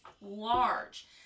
large